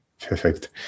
Perfect